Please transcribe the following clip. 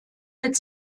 mit